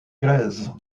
grèzes